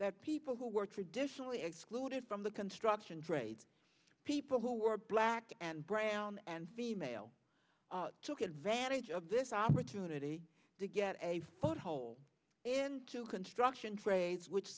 that people who were traditionally excluded from the construction trades people who were black and brown and female took advantage of this opportunity to get a foothold into construction trades which